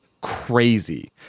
crazy